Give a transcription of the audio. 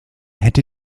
hätte